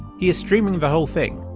he is streaming the whole thing,